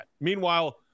Meanwhile